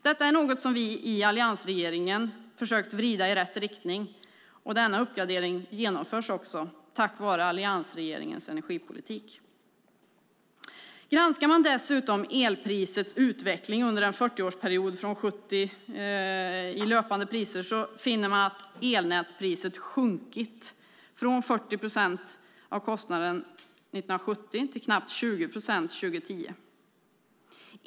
Detta är något som alliansregeringen nu försöker vrida i rätt riktning, och denna uppgradering genomförs tack vare alliansregeringens energipolitik. Granskar man dessutom elprisets utveckling i löpande priser under en 40-årsperiod från 1970 finner man att elnätspriset sjunkit från 40 procent av kostnaden 1970 till knappt 20 procent 2010.